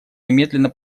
немедленно